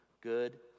good